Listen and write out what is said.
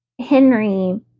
Henry